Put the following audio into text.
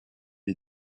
est